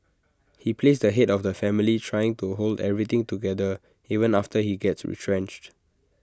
he plays the Head of the family trying to hold everything together even after he gets retrenched